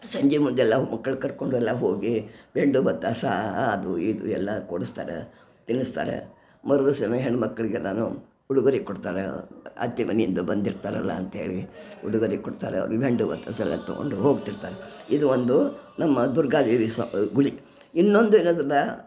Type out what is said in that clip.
ಸಂಜೆ ಮುದ್ದೆಲ್ಲ ಮಕ್ಕಳು ಕರ್ಕೊಂಡೆಲ್ಲ ಹೋಗಿ ಅದು ಇದು ಎಲ್ಲಾ ಕೊಡಿಸ್ತಾರೆ ತಿನ್ನುಸ್ತಾರೆ ಮರುದಿವಸ ಹೆಣ್ಮಕ್ಳಿಗೆಲ್ಲಾನು ಉಡುಗೊರೆ ಕೊಡ್ತಾರೆ ಅತ್ತೆ ಮನೆಯಿಂದ ಬಂದಿರ್ತಾರಲ್ಲ ಅಂತ್ಹೇಳಿ ಉಡುಗೊರೆ ಕೊಡ್ತಾರೆ ತಗೊಂಡು ಹೋಗ್ತಿರ್ತಾರೆ ಇದು ಒಂದು ನಮ್ಮ ದುರ್ಗಾದೇವಿ ಸ ಗುಡಿ ಇನ್ನೊಂದಿರೋದುಡ